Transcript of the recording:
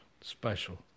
special